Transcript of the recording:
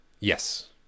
Yes